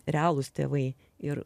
realūs tėvai ir